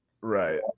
Right